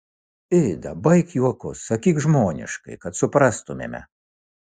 ida baik juokus sakyk žmoniškai kad suprastumėme